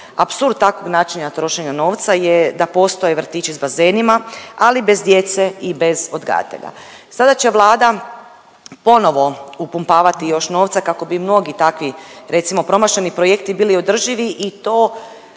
Apsurd takvog načina trošenja novca je da postoje vrtići s bazenima ali bez djece i bez odgajatelja. Sada će Vlada ponovno upumpavati još novca, kako bi mnogi takvi recimo promašeni projekti bili održivi i to